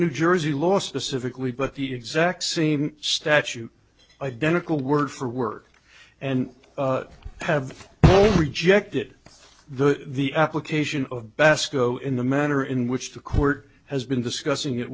new jersey law specifically but the exact same statute identical word for word and have rejected the the application of best go in the manner in which the court has been discussing it